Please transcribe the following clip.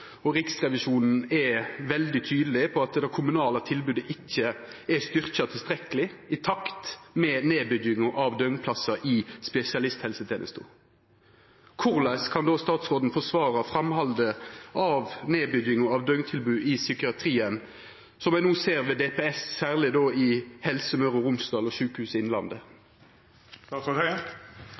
Riksrevisjonen er veldig tydeleg på at det kommunale tilbodet ikkje er styrkt tilstrekkeleg i takt med nedbygginga av døgnplassar i spesialisthelsetenesta. Korleis kan statsråden forsvara framhaldet av nedbygginga av døgntilbod i psykiatrien, som me no ser ved DPS, særleg i Helse Møre og Romsdal og Sykehuset Innlandet?